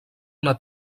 una